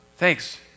Thanks